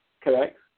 correct